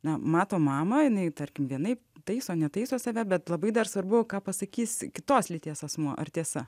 na mato mamą jinai tarkim vienaip taiso netaiso save bet labai dar svarbu ką pasakys kitos lyties asmuo ar tiesa